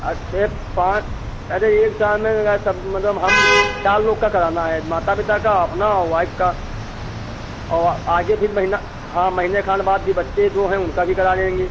अठे पाँच अरे एक साल में मेरा सब मतलब हम चार लोग का कराना है माता पिता का अपना और वाइफ का और आगे फिर महीना हाँ महीने खंड बाद के बच्चे दो हैं उनका भी करा देंगे